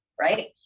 right